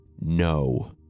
no